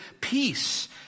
peace